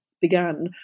began